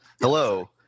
Hello